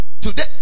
Today